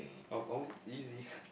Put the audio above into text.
oh oh easy